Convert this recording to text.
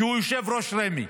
כי הוא יושב-ראש רמ"י.